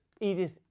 edith